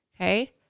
okay